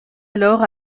alors